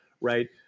right